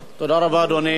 תודה רבה, אדוני.